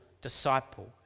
disciple